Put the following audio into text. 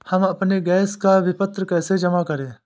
हम अपने गैस का विपत्र कैसे जमा करें?